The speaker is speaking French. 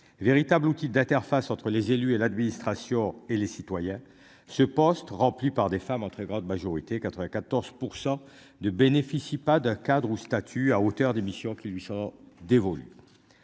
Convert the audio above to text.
Véritable outil d'interface entre les élus et l'administration et les citoyens. Ce poste remplis par des femmes en très grande majorité 94% de bénéficie pas de cadre ou statut à hauteur des missions qui lui sont dévolus.